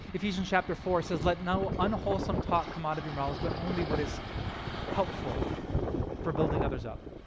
ephesians chapter four says, let no unwholesome talk come out of your mouths but only what is helpful for building others up.